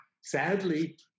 sadly